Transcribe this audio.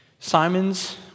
Simon's